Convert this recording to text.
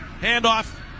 handoff